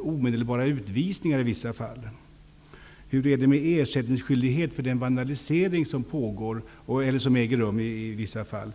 omedelbara utvisningar i vissa fall? Hur är det med ersättningsskyldighet för den vandalisering som äger rum i vissa fall?